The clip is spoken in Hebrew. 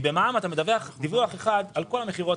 במע"מ אתה מדווח דיווח אחד על כל המכירות